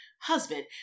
husband